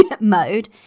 mode